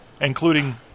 including